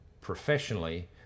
professionally